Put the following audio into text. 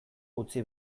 utzi